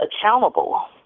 accountable